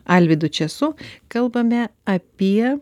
alvydu česu kalbame apie